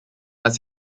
das